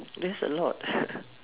there's a lot